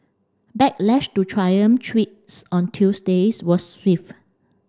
backlash to triumph tweets on Tuesday's was swift